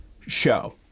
show